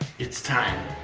it's time.